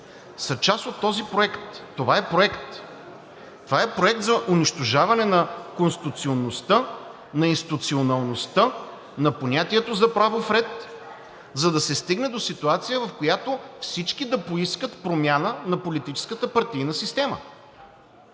са част от този проект, това е проект. Това е проект за унищожаване на конституционността, на институционалността, на понятието за правов ред, за да се стигне до ситуация, в която всички да поискат промяна на политическата партийна система.